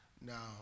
Now